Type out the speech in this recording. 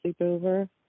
sleepover